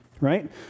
Right